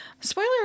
Spoiler